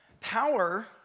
Power